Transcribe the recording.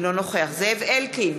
אינו נוכח זאב אלקין,